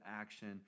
action